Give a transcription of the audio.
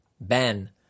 Ben